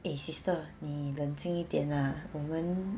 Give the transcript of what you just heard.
eh sister 你冷静一点 ah 我们